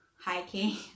hiking